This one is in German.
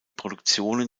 produktionen